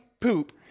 poop